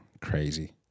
Crazy